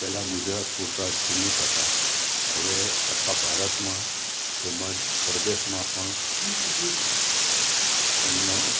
પહેલા ગુજરાત પૂરતા જ સીમિત હતાં હવે આખા ભારતમાં તેમજ પરદેશમાં પણ એમનો